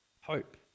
Hope